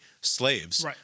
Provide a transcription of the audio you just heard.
slaves